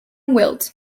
wilt